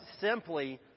simply